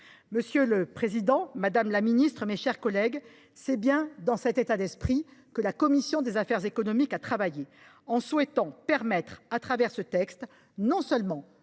Monsieur le président, madame la ministre, mes chers collègues, c’est bien dans cet état d’esprit que la commission des affaires économiques a travaillé. Elle a souhaité, au travers de ce texte, non seulement